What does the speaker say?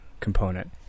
component